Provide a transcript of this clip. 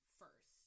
first